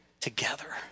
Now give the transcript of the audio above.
together